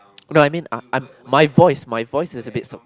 no I mean I I'm my voice my voice is a bit soft